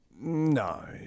No